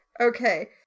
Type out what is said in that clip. Okay